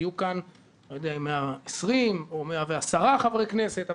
יהיו כאן 120 או 110 חברי כנסת שיתמכו.